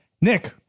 Nick